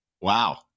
wow